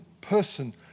person